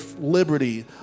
liberty